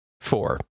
Four